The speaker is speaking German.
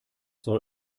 soll